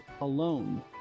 alone